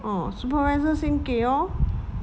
ah supervisor 先给 lor